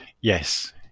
Yes